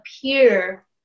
appear